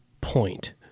point